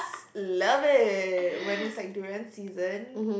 love it when it's like durian season